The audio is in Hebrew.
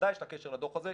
שבוודאי יש לה קשר לדוח הזה,